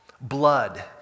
Blood